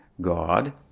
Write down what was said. God